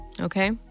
Okay